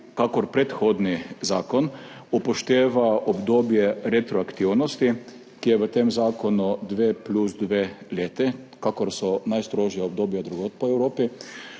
kakor predhodni zakon upošteva obdobje retroaktivnosti, ki je v tem zakonu 2 plus 2 leti, kakor so najstrožja obdobja drugod po Evropi.